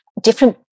different